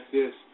yes